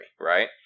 right